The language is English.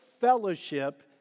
fellowship